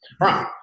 Right